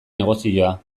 negozioa